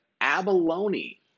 abalone